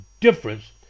difference